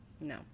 No